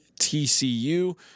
TCU